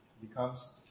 becomes